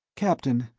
captain,